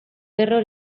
cerro